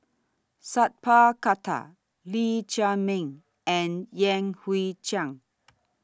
Sat Pal Khattar Lee Chiaw Meng and Yan Hui Chang